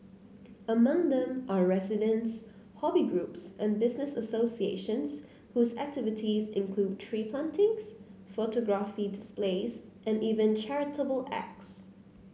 among them are residents hobby groups and business associations whose activities include tree plantings photography displays and even charitable acts